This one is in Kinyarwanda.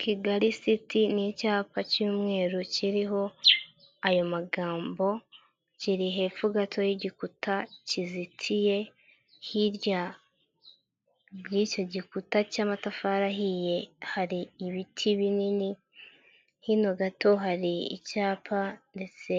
Kigali city ni icyapa cy'umweru kiriho ayo magambo kiri hepfo gato y'gikuta kizitiye hirya y'icyo gikuta cy'amatafari ahiye hari ibiti binini hino gato hari icyapa ndetse